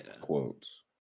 quotes